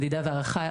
מדידה והערכה,